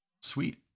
Sweet